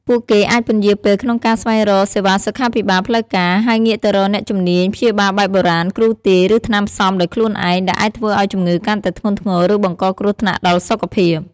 ពួកគេអាចពន្យារពេលក្នុងការស្វែងរកសេវាសុខាភិបាលផ្លូវការ ហើយងាកទៅរកអ្នកជំនាញព្យាបាលបែបបុរាណ គ្រូទាយ ឬថ្នាំផ្សំដោយខ្លួនឯង ដែលអាចធ្វើឱ្យជំងឺកាន់តែធ្ងន់ធ្ងរ ឬបង្កគ្រោះថ្នាក់ដល់សុខភាព។